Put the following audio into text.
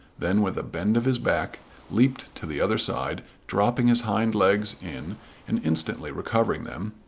then with a bend of his back leaped to the other side, dropping his hind legs in and instantly recovering them,